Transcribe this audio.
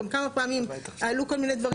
גם כמה פעמים עלו כל מיני דברים.